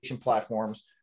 platforms